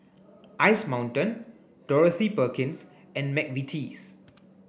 Ice Mountain Dorothy Perkins and McVitie's